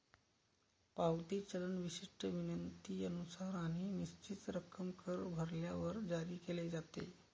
पावती चलन विशिष्ट विनंतीनुसार आणि निश्चित रक्कम कर भरल्यावर जारी केले जाते